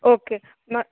okay Mach